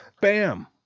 bam